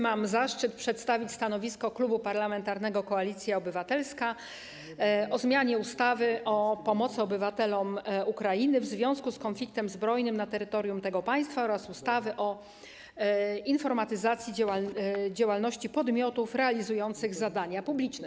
Mam zaszczyt przedstawić stanowisko Klubu Parlamentarnego Koalicja Obywatelska w sprawie projektu ustawy o zmianie ustawy o pomocy obywatelom Ukrainy w związku z konfliktem zbrojnym na terytorium tego państwa oraz ustawy o informatyzacji działalności podmiotów realizujących zadania publiczne.